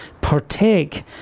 partake